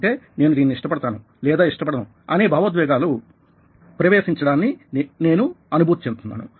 అంటే నేను దీనిని ఇష్టపడతాను లేదా ఇష్టపడను అనే భావోద్వేగాలు ప్రవేశించడాన్ని నేను అనుభూతి చెందుతున్నాను